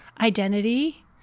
identity